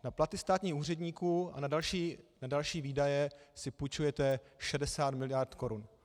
Na platy státních úředníků a na další výdaje si půjčujete 60 mld. korun.